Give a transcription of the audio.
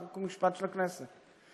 חוק ומשפט של הכנסת.